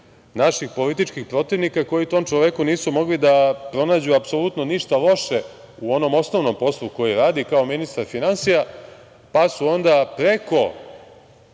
naših političkih protivnika koji tom čoveku nisu mogli da pronađu apsolutno ništa loše u onom osnovnom poslu koji radi kao ministar finansija pa su onda preko